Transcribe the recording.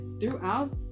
throughout